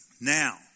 Now